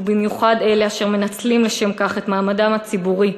ובמיוחד אלה אשר מנצלים לשם כך את מעמדם הציבורי,